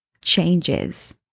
changes